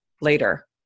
later